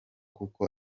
kuko